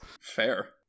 Fair